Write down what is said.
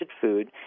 food